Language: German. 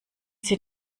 sie